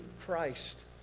Christ